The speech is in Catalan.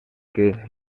que